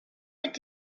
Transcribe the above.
mit